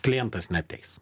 klientas neateis